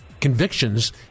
convictions